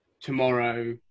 tomorrow